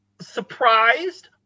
Surprised